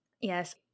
Yes